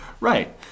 Right